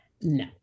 no